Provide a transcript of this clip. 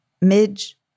Midge